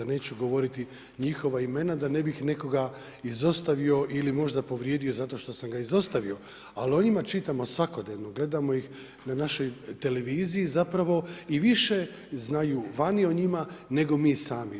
Neću govoriti njihova imena da ne bih nekoga izostavio ili možda povrijedio zato što sam ga izostavio ali o njima čitamo svakodnevno, gledamo ih na našoj televiziji zapravo i više znaju vani o njima nego mi sami.